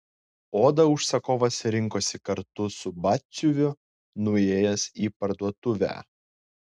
odą užsakovas rinkdavosi kartu su batsiuviu nuėjęs į parduotuvę